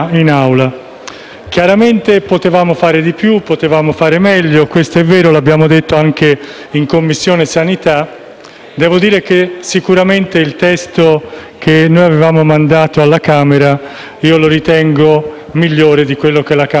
È chiaro che c'era la necessità di normare la sperimentazione clinica dei medicinali, l'applicazione e la diffusione della medicina di genere. Mi concentrerò, però, sui due o tre punti